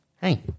Hey